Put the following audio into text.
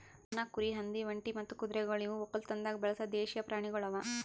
ದನ, ಕುರಿ, ಹಂದಿ, ಒಂಟಿ ಮತ್ತ ಕುದುರೆಗೊಳ್ ಇವು ಒಕ್ಕಲತನದಾಗ್ ಬಳಸ ದೇಶೀಯ ಪ್ರಾಣಿಗೊಳ್ ಅವಾ